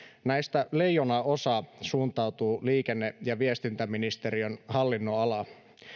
näistä leijonanosa suuntautuu liikenne ja viestintäministeriön hallinnonalaan